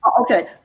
Okay